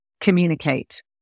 communicate